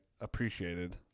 appreciated